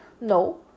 No